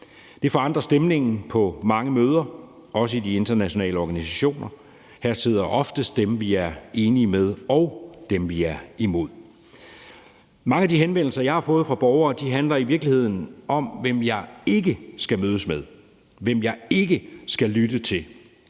Det forandrer stemningen på mange møder, også i de internationale organisationer. Her sidder oftest dem, vi er enige med, og dem, vi er imod. Mange af de henvendelser, jeg har fået fra borgere, handler i virkeligheden om, hvem jeg ikke skal mødes med, hvem jeg ikke skal lytte til,